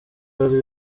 hari